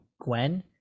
Gwen